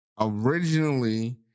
originally